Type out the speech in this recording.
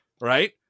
Right